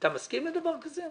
אתה מסכים לדבר כזה?